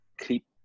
keep